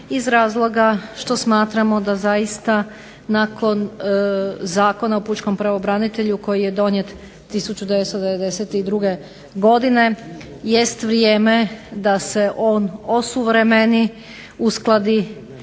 iz razloga što smatramo da zaista nakon Zakona o pučkom pravobranitelju koji je donijet 1992. godine jest vrijeme da se on osuvremeni, uskladi